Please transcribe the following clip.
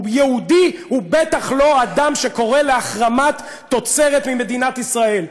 יהודי הוא בטח לא אדם שקורא להחרמת תוצרת ממדינת ישראל.